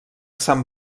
sant